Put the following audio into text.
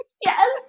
Yes